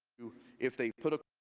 if they put a